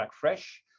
Fresh